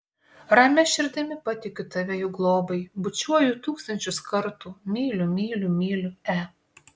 ramia širdimi patikiu tave jų globai bučiuoju tūkstančius kartų myliu myliu myliu e